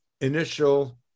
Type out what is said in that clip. initial